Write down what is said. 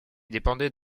dépendait